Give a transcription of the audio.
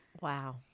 Wow